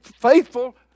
faithful